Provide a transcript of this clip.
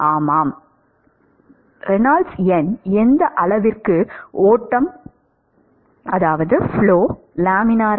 ஆமாம் ரெனால்ட்ஸ் எண் எந்த அளவுக்கு ஃப்ளோஓட்டம் லேமினார்